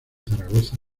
zaragoza